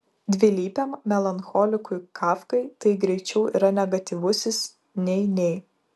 dvilypiam melancholikui kafkai tai greičiau yra negatyvusis nei nei